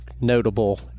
notable